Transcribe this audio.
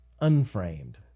unframed